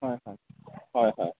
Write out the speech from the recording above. হয় হয় হয় হয়